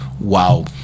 wow